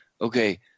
okay